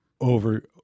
over